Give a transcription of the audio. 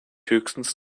höchstens